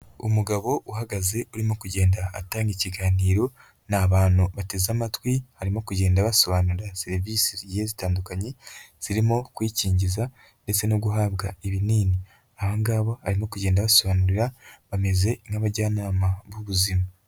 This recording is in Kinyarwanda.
Umugabo uhagaze urimo kugenda atanga ikiganiro, ni abantu bateze amatwi, arimo kugenda basobanurira serivisi zigiye zitandukanye, zirimo kuyikingiza ndetse no guhabwa ibinini, ahagabo arimo kugenda abasobanurira bameze nk'abajyanama b'ubuzima.